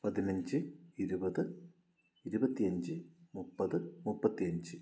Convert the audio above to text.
പതിനഞ്ച് ഇരുപത് ഇരുപത്തിയഞ്ച് മുപ്പത് മുപ്പത്തിയഞ്ച്